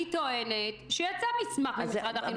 היא טוענת שיצא מסמך ממשרד החינוך,